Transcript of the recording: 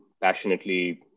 passionately